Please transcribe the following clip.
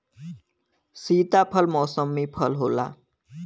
सीताफल मौसमी फल होला